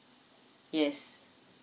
yes